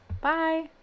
Bye